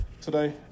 Today